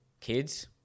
kids